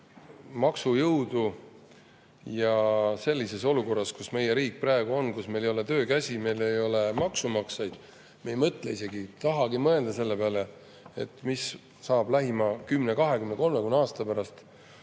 sellises olukorras, kus meie riik praegu on. Meil ei ole töökäsi, meil ei ole maksumaksjaid. Me isegi ei mõtle, ei tahagi mõelda selle peale, mis saab lähima 10, 20, 30 aasta pärast,